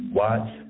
watch